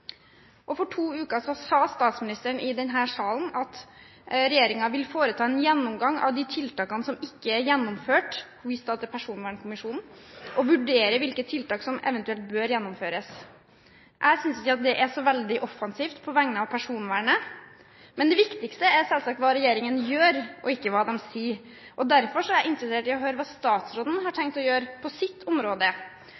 For to uker siden sa statsministeren i denne salen at regjeringen vil foreta en gjennomgang av de tiltakene som ikke er gjennomført – hun viste da til Personvernkommisjonen – og vurdere hvilke tiltak som eventuelt bør gjennomføres. Jeg synes ikke at det er så veldig offensivt på vegne av personvernet, men det viktigste er selvsagt hva regjeringen gjør, ikke hva den sier. Derfor er jeg interessert i å høre hva statsråden har